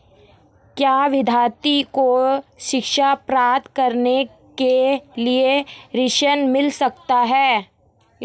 क्या विद्यार्थी को शिक्षा प्राप्त करने के लिए ऋण मिल सकता है?